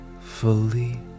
fully